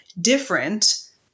different